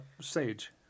Sage